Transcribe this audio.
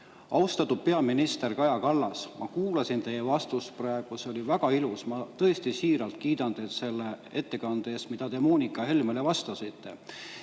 Austatud peaminister Kaja Kallas! Ma kuulasin teie vastust praegu, see oli väga ilus. Ma tõesti siiralt kiidan teid selle ettekande eest, mille te Moonika Helmele vastuseks